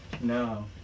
No